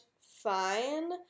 fine